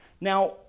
Now